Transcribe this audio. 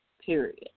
period